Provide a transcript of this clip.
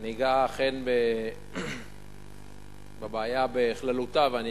אני אגע, אכן, בבעיה בכללותה, ואני